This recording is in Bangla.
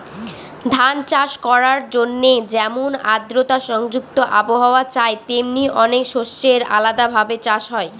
ধান চাষ করার জন্যে যেমন আদ্রতা সংযুক্ত আবহাওয়া চাই, তেমনি অনেক শস্যের আলাদা ভাবে চাষ হয়